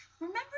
Remember